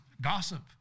gossip